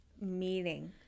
meeting